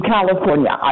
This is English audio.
California